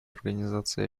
организации